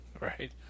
right